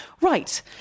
Right